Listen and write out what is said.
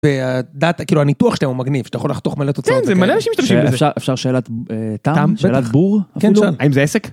כאילו הניתוח שלהם הוא מגניב, שאתה יכול לחתוך מלא תוצאות. כן, זה מלא אנשים משתמשים בזה. אפשר שאלת תם, שאלת בור? כן, אפשר. האם זה עסק?